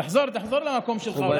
תחזור, תחזור למקום שלך, אולי שם תבין.